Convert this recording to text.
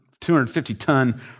250-ton